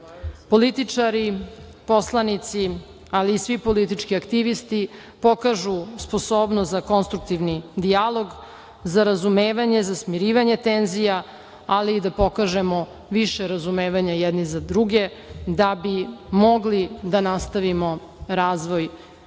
političari, poslanici, ali i svi politički aktivisti pokažu sposobnost za konstruktivni dijalog, za razumevanje, za smirivanje tenzija, ali i da pokažemo više razumevanja jedni za druge da bi mogli da nastavimo razvoj